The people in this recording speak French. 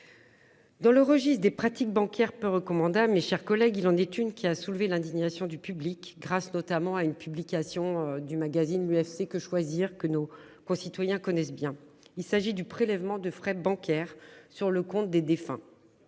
Dans le registre des pratiques bancaires peu recommandables. Mes chers collègues. Il en est une qui a soulevé l'indignation du public, grâce notamment à une publication du magazine, l'UFC Que Choisir que nos concitoyens connaissent bien. Il s'agit du prélèvement de frais bancaires sur le compte des défunts.